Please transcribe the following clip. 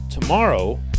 tomorrow